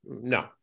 No